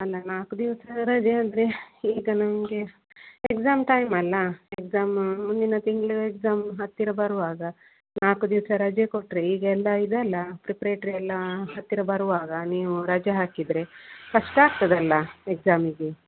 ಅಲ್ಲ ನಾಲ್ಕು ದಿವಸ ರಜೆ ಅಂದರೆ ಈಗ ನಿಮಗೆ ಎಕ್ಸಾಮ್ ಟೈಮಲ್ವ ಎಕ್ಸಾಮ ಮುಂದಿನ ತಿಂಗಳು ಎಕ್ಸಾಮ್ ಹತ್ತಿರ ಬರುವಾಗ ನಾಲ್ಕು ದಿವಸ ರಜೆ ಕೊಟ್ಟರೆ ಈಗ ಎಲ್ಲ ಇದಲ್ವ ಪ್ರಿಪ್ರೇಟ್ರಿ ಎಲ್ಲ ಹತ್ತಿರ ಬರುವಾಗ ನೀವು ರಜೆ ಹಾಕಿದರೆ ಕಷ್ಟ ಆಗ್ತದಲ್ವ ಎಕ್ಸಾಮಿಗೆ